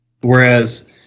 whereas